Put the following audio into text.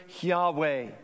Yahweh